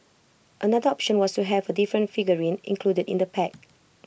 another option was to have A different figurine included in the pack